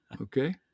okay